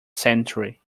century